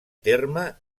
terme